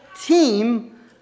team